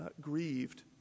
grieved